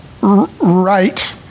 right